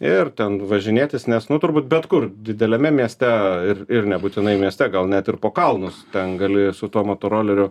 ir ten važinėtis nes nu turbūt bet kur dideliame mieste ir nebūtinai mieste gal net ir po kalnus ten gali su tuo motoroleriu